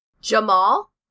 Jamal